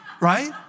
right